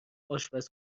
آشپز